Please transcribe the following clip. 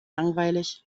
langweilig